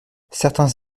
certains